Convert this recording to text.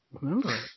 remember